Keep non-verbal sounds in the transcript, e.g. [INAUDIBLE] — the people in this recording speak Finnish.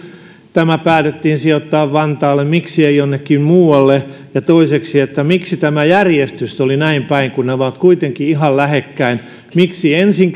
tämä päätettiin sijoittaa vantaalle miksi ei jonnekin muualle ja toiseksi miksi tämä järjestys oli näinpäin kun ne ovat kuitenkin ihan lähekkäin miksi ensin [UNINTELLIGIBLE]